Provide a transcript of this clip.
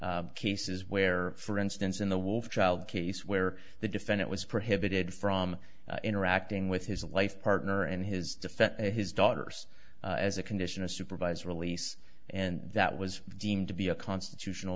them cases where for instance in the wolf child case where the defendant was prohibited from interacting with his life partner and his defense his daughters as a condition of supervised release and that was deemed to be a constitutional